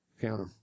counter